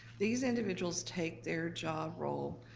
these individuals take their job role,